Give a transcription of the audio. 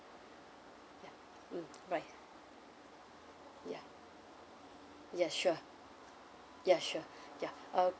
ya mm right ya ya sure ya sure ya uh